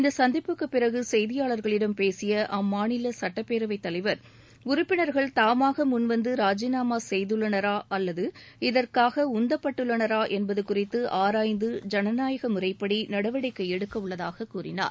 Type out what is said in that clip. இந்த சந்திப்புக்கு பிறகு செய்தியாளர்களிடம் பேசிய அம்மாநில சுட்டப்பேரவை தலைவர் உறுப்பினர்கள் தாமாக முன்வந்து ராஜினாமா செய்துள்ளனரா அல்லது இதற்காக உந்தப்பட்டுள்ளனரா என்பது குறித்து ஆராய்ந்து ஜனநாயக முறைப்படி நடவடிக்கை எடுக்கவுள்ளதாக கூறினார்